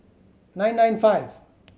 nine nine five